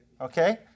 Okay